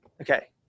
okay